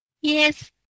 Yes